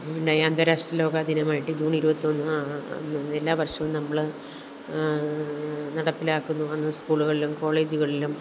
പിന്നെ ഈ അന്തരാഷ്ട്ര യോഗ ദിനമായിട്ട് ജൂണ് ഇരുപത്തൊന്ന് എല്ലാ വര്ഷവും നമ്മൾ നടപ്പിലാക്കുന്നു അന്ന് സ്കൂളുകൾലും കോളേജുകളിലും